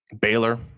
Baylor